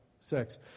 sex